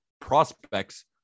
prospects